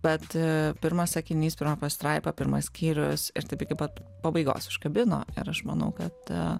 bet pirmas sakinys pirma pastraipa pirmas skyrius ir taip iki pat pabaigos užkabino ir aš manau kad